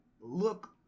look